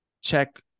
check